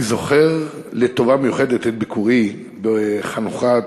אני זוכר לטובה במיוחד את ביקורי בחנוכת